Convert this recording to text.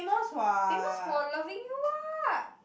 famous for loving you ah